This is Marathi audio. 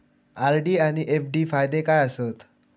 आर.डी आनि एफ.डी फायदे काय आसात?